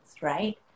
right